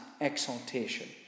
exaltation